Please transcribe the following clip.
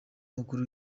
mukuru